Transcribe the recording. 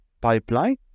pipeline